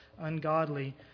Ungodly